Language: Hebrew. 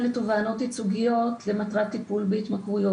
לתובענות ייצוגיות למטרת טיפול בהתמכרויות.